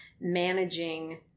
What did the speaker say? managing